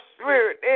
spirit